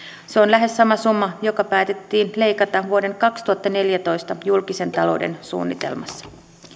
se on lähes sama summa joka päätettiin leikata vuoden kaksituhattaneljätoista julkisen talouden suunnitelmassa